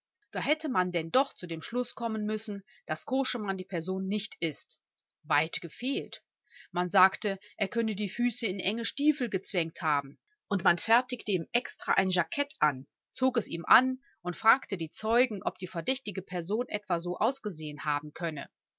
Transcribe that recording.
da hätte man denn doch zu dem schluß kommen müssen daß koschemann die person nicht ist weit gefehlt man sagte er könne die füße in enge stiefel gezwängt haben und man fertigte ihm extra ein jackett an zog es ihm an und fragte die zeugen ob die verdächtige person etwa so ausgesehen haben könne